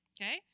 okay